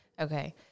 Okay